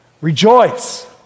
Rejoice